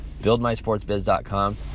buildmysportsbiz.com